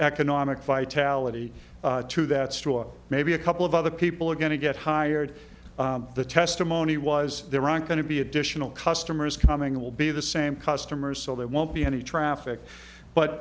economic vitality to that store maybe a couple of other people are going to get hired the testimony was there aren't going to be additional customers coming in will be the same customers so there won't be any traffic but